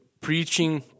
preaching